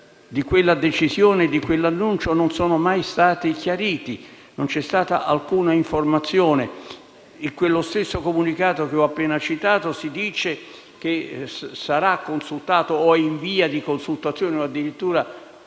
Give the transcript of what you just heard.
di quella decisione-annuncio non sono mai stati chiariti. Non c'è stata alcuna informazione. In quello stesso comunicato che ho appena citato si dice che sarà consultato o che è in via di consultazione (e